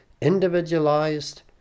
individualized